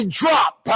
drop